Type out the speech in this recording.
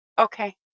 Okay